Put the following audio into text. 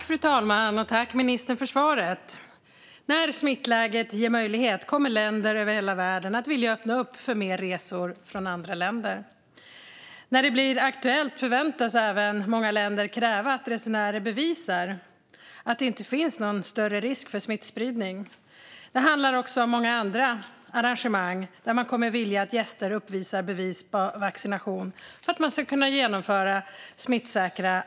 Fru talman! Jag tackar ministern för svaret. När smittläget förbättras kommer länder över hela världen att vilja öppna upp för mer resor från andra länder. När det blir aktuellt förväntas även många länder kräva att resenärer bevisar att det inte finns någon större risk för smittspridning. Många arrangörer kommer också att vilja att gäster uppvisar bevis på vaccination för att arrangemangen ska kunna genomföras smittsäkert.